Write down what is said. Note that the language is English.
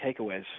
takeaways